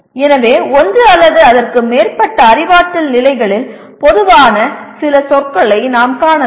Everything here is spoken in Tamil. எனவே ஒன்று அல்லது அதற்கு மேற்பட்ட அறிவாற்றல் நிலைகளில் பொதுவான சில சொற்களை நாம் காணலாம்